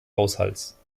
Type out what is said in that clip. haushalts